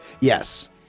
Yes